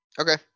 Okay